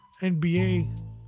NBA